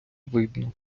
видно